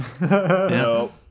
No